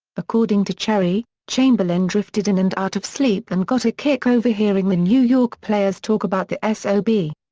according to cherry, chamberlain drifted in and out of sleep and got a kick overhearing the new york players talk about the s o b.